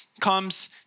comes